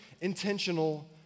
intentional